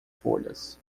folhas